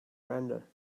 render